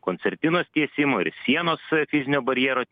koncertinos tiesimo ir sienos fizinio barjero